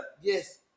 Yes